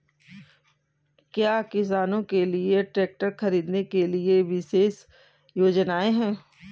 क्या किसानों के लिए ट्रैक्टर खरीदने के लिए विशेष योजनाएं हैं?